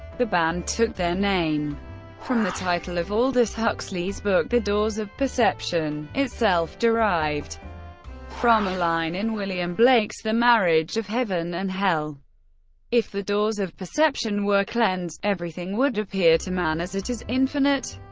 the band took their name from the title of aldous huxley's book the doors of perception, itself derived from a line in william blake's the marriage of heaven and hell if the doors of perception were cleansed, everything would appear to man as it is infinite.